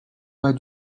pas